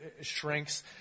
shrinks